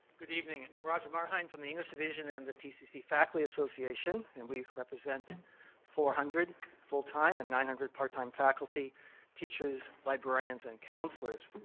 good evening. i'm roger marheine from the english division and pcc faculty association and we represent four hundred full time and nine hundred part time faculty teachers, librarians and counselors.